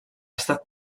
estat